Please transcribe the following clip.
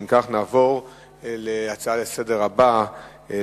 נעבור להצעה הבאה לסדר-היום,